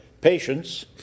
patience